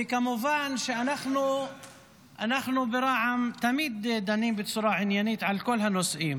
וכמובן שאנחנו אנחנו ברע"מ תמיד דנים בצורה עניינית על כל הנושאים.